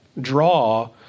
draw